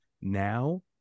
now